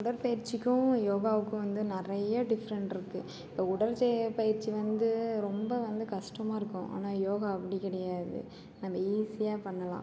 உடற்பயிற்சிக்கும் யோகாவுக்கும் வந்து நிறைய டிஃப்ரென்ட் இருக்கு இப்போ உடல் செ பயிற்சி வந்து ரொம்ப வந்து கஷ்டமாக இருக்கும் ஆனால் யோகா அப்படி கிடையாது நம்ப ஈஸியாக பண்ணலாம்